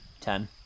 ten